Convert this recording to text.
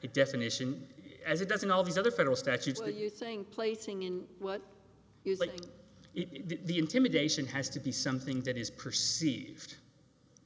the definition as it doesn't all these other federal statutes that you think placing in what you like the intimidation has to be something that is perceived